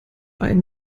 einen